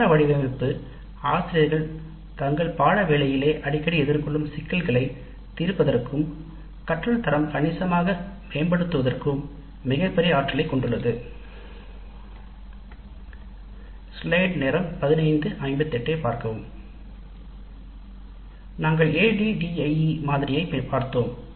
பாடநெறி வடிவமைப்பு ஆசிரியர்கள் தங்கள் பாட வேளையிலே அடிக்கடி எதிர்கொள்ளும் சிக்கல்களைத் தீர்ப்பதற்கும் கற்றல் தரம் கணிசமாக மேம்படுத்துவதற்கும் மிகப்பெரிய ஆற்றலைக் கொண்டுள்ளது நாங்கள் ADDIE மாதிரியைப் பார்த்தோம்